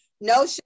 no